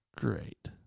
Great